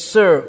Sir